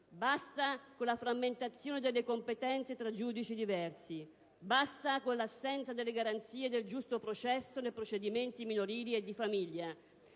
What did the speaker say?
Basta con la frammentazione delle competenze tra giudici diversi; basta con l'assenza delle garanzie del giusto processo nei procedimenti minorili e di famiglia;